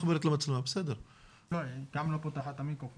בקצרה, גם בתגובה למה שנאמר על ידי משרד